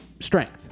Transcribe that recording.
strength